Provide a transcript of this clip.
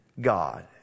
God